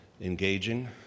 engaging